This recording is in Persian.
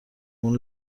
اون